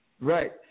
Right